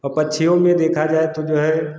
और पक्षियों में देखा जाए तो जो है